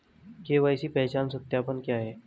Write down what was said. KYC पहचान सत्यापन क्या है?